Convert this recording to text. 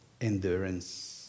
endurance